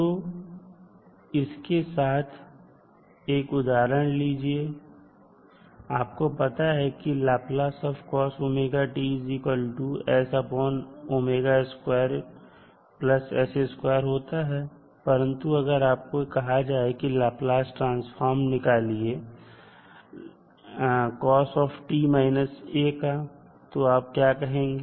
तो किसके साथ एक उदाहरण लीजिए आपको पता है कि होता है परंतु अगर आपको कहा जाए कि आप लाप्लास ट्रांसफॉर्म निकालिए L cosω का तो आप क्या करेंगे